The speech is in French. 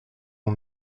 mon